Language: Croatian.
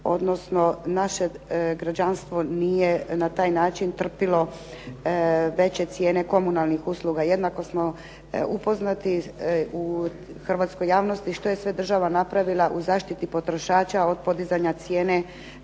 odnosno naše građanstvo nije na taj način trpilo veće cijene komunalnih usluga. Jednako smo upoznati u hrvatskoj javnosti što je sve država napravila u zaštiti potrošača od podizanja cijene